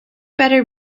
better